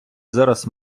зараз